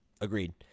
agreed